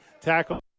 tackle